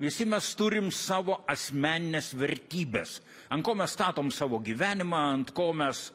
visi mes turim savo asmenines vertybes an ko mes statom savo gyvenimą ant ko mes